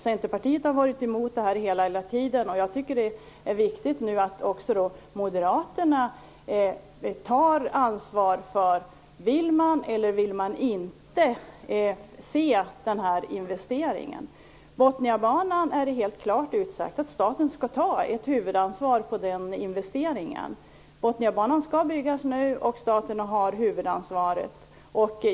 Centerpartiet har varit emot detta hela tiden. Jag tycker att det är viktigt att nu också Moderaterna tar ansvar för det här. Vill man eller vill man inte se den här investeringen? När det gäller Botniabanan är det klart utsagt att staten skall ta ett huvudansvar för investeringen. Botniabanan skall byggas nu, och staten har huvudansvaret.